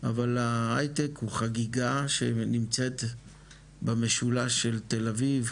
אבל ההייטק הוא חגיגה שנמצאת במשולש של תל אביב,